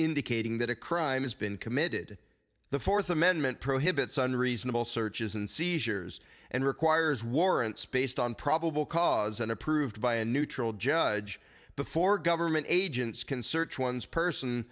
indicating that a crime has been committed the fourth amendment prohibits unreasonable searches and seizures and requires warrants based on probable cause and approved by a neutral judge before government agents can search one's person